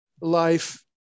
life